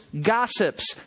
gossips